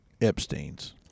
Epstein's